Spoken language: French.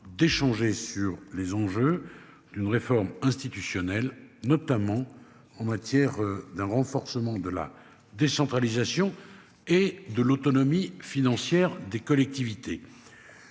d'échanger sur les enjeux d'une réforme institutionnelle notamment en matière d'un renforcement de la décentralisation et de l'autonomie financière des collectivités.